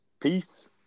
Peace